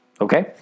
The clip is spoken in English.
Okay